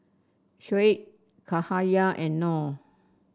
Shoaib Cahaya and Noh